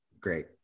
great